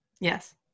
yes